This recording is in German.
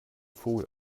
vogel